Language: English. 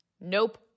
Nope